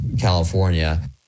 California